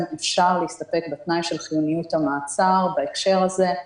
להסתפק בתנאי של חיוניות המעצר בהקשר הזה.